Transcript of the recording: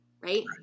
right